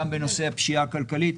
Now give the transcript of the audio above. גם בנושא הפשיעה הכלכלית.